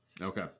Okay